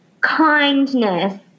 kindness